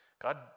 God